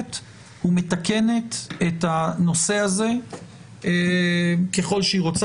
מתאפקת ומתקנת את הנושא הזה ככל שהיא רוצה